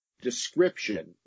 description